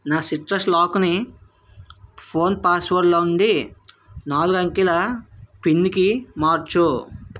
నా సిట్రస్ లాక్ ని ఫోన్ పాస్ వర్డ్ లో నుండి నాలుగు అంకెల పిన్ కి మార్చు